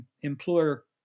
employer